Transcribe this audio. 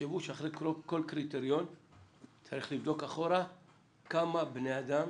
שיחשבו שאחרי כל קריטריון צריך לבדוק אחורה כמה בני אדם,